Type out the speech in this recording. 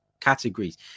categories